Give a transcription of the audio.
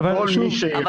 שכל מי שיכול --- אבל,